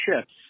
ships